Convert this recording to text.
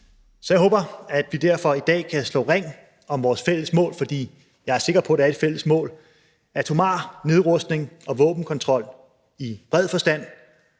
Så jeg håber, at vi derfor i dag kan slå ring om vores fælles mål, for jeg er sikker på, at der er et fælles mål om atomar nedrustning og våbenkontrol i bred forstand.